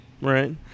Right